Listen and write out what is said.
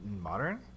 modern